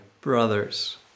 brothers